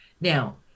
Now